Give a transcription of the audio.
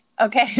okay